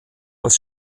als